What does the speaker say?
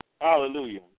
Hallelujah